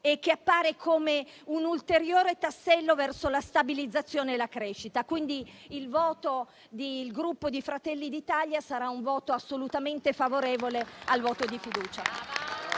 e appare come un ulteriore tassello verso la stabilizzazione e la crescita. Per questo, il voto del Gruppo Fratelli d'Italia sarà assolutamente favorevole alla questione di fiducia.